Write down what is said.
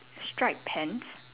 stripe pants